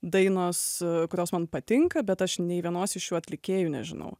dainos kurios man patinka bet aš nei vienos iš jų atlikėjų nežinau